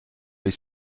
les